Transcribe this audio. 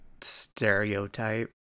stereotype